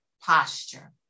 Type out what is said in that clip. posture